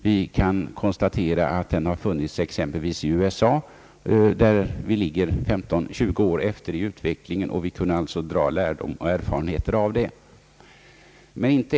Vi kan konstatera att den trenden har funnits exempelvis i USA, som allmänt sett ligger 15—20 år före oss i utvecklingen. Vi borde alltså kunna dra lärdom och erfarenheter av detta.